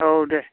औ दे